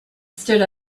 stood